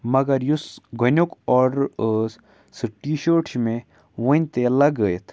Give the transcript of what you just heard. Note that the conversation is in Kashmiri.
مگر یُس گۄڈٕنیُک آرڈر ٲس سُہ ٹی شٲٹ چھِ مےٚ وٕنۍ تہِ لَگٲیِتھ